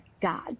God